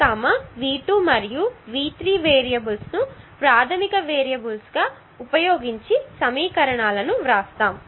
V1 V2 మరియు V3 variables ను ప్రాధమిక వేరియబుల్స్ గా ఉపయోగించి సమీకరణాలు వ్రాస్తాము